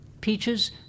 Peaches